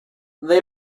they